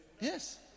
Yes